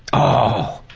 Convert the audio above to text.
oh.